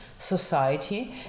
society